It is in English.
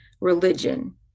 religion